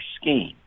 scheme